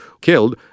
killed